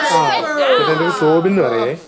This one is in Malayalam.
ആ ചേട്ടാ എൻ്റെ പേര് ഷോബിൻ എന്ന് പറയുവെ